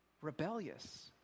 rebellious